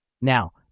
Now